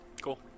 Cool